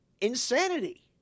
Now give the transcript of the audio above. insanity